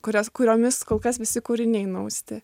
kurias kuriomis kol kas visi kūriniai nuausti